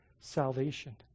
salvation